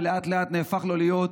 ולאט-לאט זה נהפך לו להיות